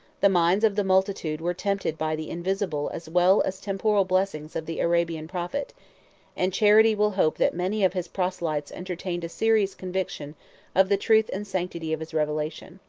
the minds of the multitude were tempted by the invisible as well as temporal blessings of the arabian prophet and charity will hope that many of his proselytes entertained a serious conviction of the truth and sanctity of his revelation.